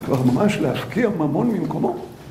כבר ממש להפקיע ממון ממקומות